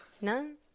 none